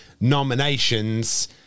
nominations